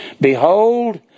Behold